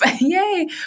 yay